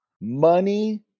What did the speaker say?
Money